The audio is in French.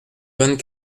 vingt